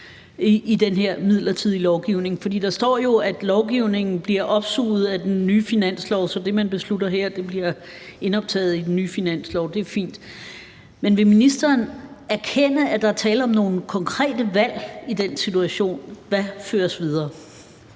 i den her midlertidige lovgivning. For der står jo, at lovgivningen bliver opsuget af den nye finanslov, sådan at det, man beslutter her, bliver indoptaget i den nye finanslov. Det er fint. Men vil ministeren erkende, at der er tale om nogle konkrete valg i den situation, med hensyn